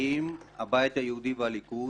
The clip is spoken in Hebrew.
האם הבית היהודי והליכוד